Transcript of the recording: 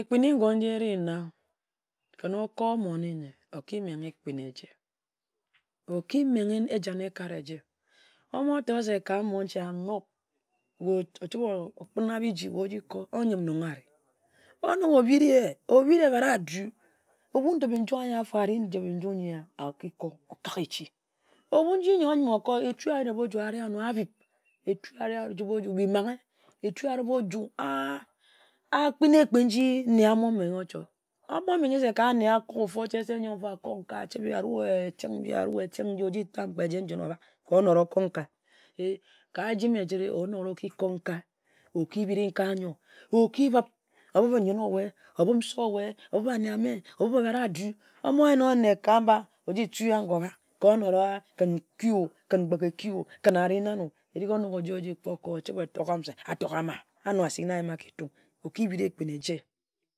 Ekpin-ni ngun nji eri-na, kǝn okor monni-nne, ome gha ekpin ejie. Oki meghe ejǝt ekat ejen ejie. O-mo-tor se monche anob, we ochibe okpan-na biji we oji ko ka we yim nong ari. O-nok obhi-ri-ye, obhi-ri e-bhat a due. O-bu n-dip nju ari ndip nju yee okiko, okak echi. O-bu n-ye o-yim o-ko, etue a-rip-oju a bib, etuw a-rip-oju akpin-na-ekpin nji nne a-mo-menghe ochot. O-mo menghe se ka anne a-ko ofu o chie se nyor a-ko nkae a-jǝme-ueh a-ru-nfa a-ru-nfa, a-kǝn yee a-ru-we, se ono ra oko nkae. Eh ka eji-e-jere, o-bu onora o-ko nkae, o-ki bhiri nkae a-yor. O-ki beb, o-beb nyen-owe, o-beb nse-o-we, o-beb anne-a-meh, o-beb e-bhat a-du. O-mo-yen-o-yen nne ka-mba, oji tuo-ye a-gor o-bhag, kǝn nkuie-o, kǝn mgbe-eh-ki-o, kǝn a-ri-nno, erig ekpo-si, o-chibe o-tok se a-tor-ga-ma. A-no asik ayima ka etung o-ki ebhiri ekpin eje.